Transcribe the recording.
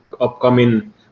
upcoming